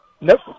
Nope